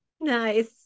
Nice